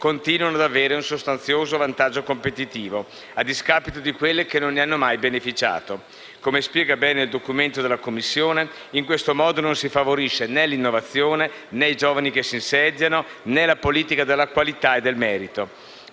continuano ad avere un sostanzioso vantaggio competitivo, a discapito di quelle che non ne hanno mai beneficiato. Come spiega bene il documento della Commissione, in questo modo non si favorisce né l'innovazione, né i giovani che si insediano, né la politica della qualità e del merito.